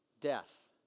death